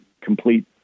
complete